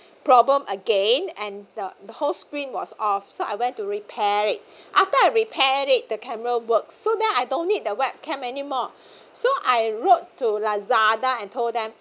problem again and the the whole screen was off so I went to repair it after I repaired it the camera work so then I don't need the webcam anymore so I wrote to lazada and told them